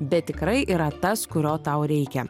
bet tikrai yra tas kurio tau reikia